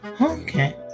Okay